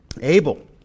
Abel